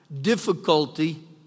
difficulty